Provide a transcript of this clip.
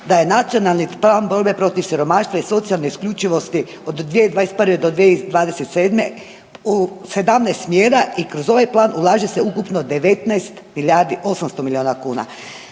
da je Nacionalni plan borbe protiv siromaštva i socijalne isključivosti od 2021. do 2027. u 17 mjera i kroz ovaj plan ulaže se ukupno 19 milijardi 800 miliona kuna.